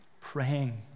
praying